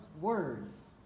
words